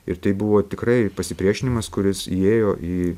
ir tai buvo tikrai pasipriešinimas kuris įėjo į